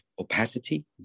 opacity